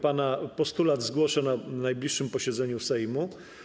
Pana postulat zgłoszę na najbliższym posiedzeniu Sejmu.